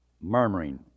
murmuring